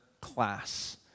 class